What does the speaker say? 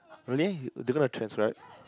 really they going to transcribe